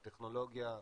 הטכנולוגיה,